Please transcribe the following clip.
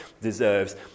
deserves